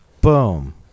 Boom